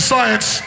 Science